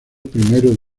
primero